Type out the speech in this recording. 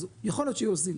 אז יכול להיות שהוא יוזיל,